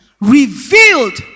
Revealed